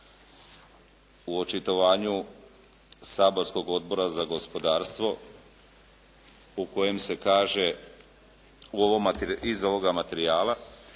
u očitovanju saborskog Odbora za gospodarstvo u kojem se kaže iz ovoga materijala,